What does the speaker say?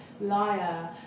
Liar